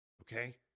Okay